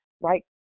right